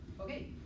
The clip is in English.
Okay